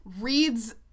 reads